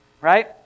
right